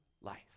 life